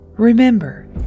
Remember